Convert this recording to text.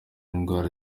indwara